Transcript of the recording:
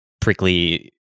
prickly